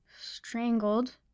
Strangled